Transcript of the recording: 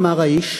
אמר האיש,